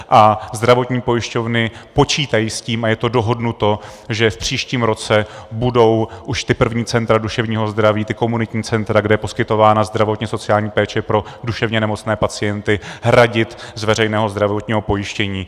A zdravotní pojišťovny počítají s tím a je to dohodnuto, že v příštím roce budou už ta první centra duševního zdraví, ta komunitní centra, kde je poskytována zdravotněsociální péče pro duševně nemocné pacienty, hradit z veřejného zdravotního pojištění.